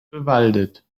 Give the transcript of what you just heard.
bewaldet